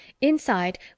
Inside